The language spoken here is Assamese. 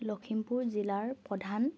লখিমপুৰ জিলাৰ প্ৰধান